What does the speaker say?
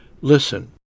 Listen